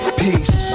peace